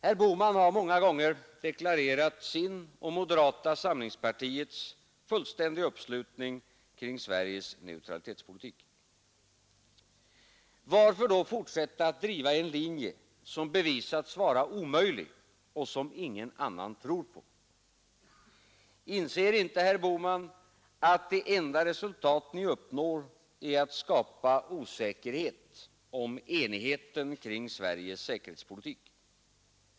Herr Bohman har många gånger deklarerat sin och moderata partiets fullständiga uppslutning kring Sveriges neutralitetspolitik. Varför då fortsätta att driva en linje, som bevisats vara omöjlig och som ingen annan tror på? Inser inte herr Bohman att det enda resultat ni uppnår är att skapa osäkerhet om enigheten kring Sveriges säkerhetspolitik?